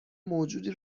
موجودی